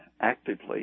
actively